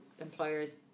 employers